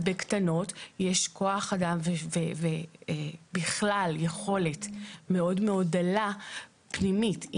ובקטנות יש כוח אדם ובכלל יכולת מאוד מאוד דלה פנימית,